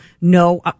no